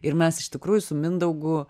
ir mes iš tikrųjų su mindaugu